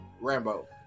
Rambo